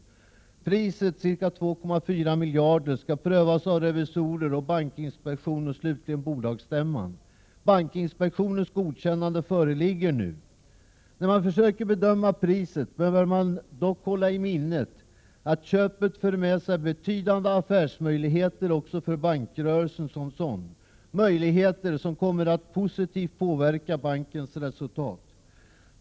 Priset, ca 2,4 miljarder kronor, skall prövas av revisorer och bankinspektion och slutligen bolagsstämman. Bankinspektionens tillstånd föreligger nu. När man försöker bedöma priset bör man dock hålla i minnet att köpet för med sig betydande affärsmöjligheter också för bankrörelsen som sådan, möjligheter som kommer att positivt påverka bankens resultat.